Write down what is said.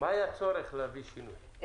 מה היה הצורך להביא שינוי?